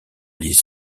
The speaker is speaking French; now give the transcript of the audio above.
les